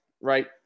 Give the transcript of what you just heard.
right